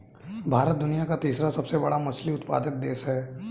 भारत दुनिया का तीसरा सबसे बड़ा मछली उत्पादक देश है